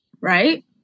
right